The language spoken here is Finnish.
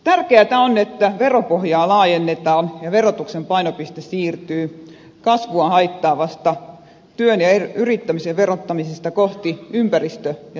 tärkeätä on että veropohjaa laajennetaan ja verotuksen painopiste siirtyy kasvua haittaavasta työn ja yrittämisen verottamisesta kohti ympäristö ja terveysperusteista verotusta